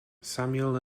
samuel